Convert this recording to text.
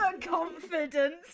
confidence